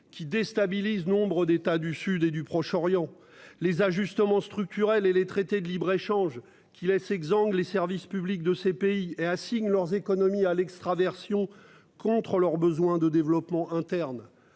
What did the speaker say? qui déstabilisent nombre d'États du sud et du Proche-Orient. Les ajustements structurels et les traités de libre-échange qui laisse exsangue, les services publics de ces pays et assigne leurs économies à l'extraversion contre besoins de développement interne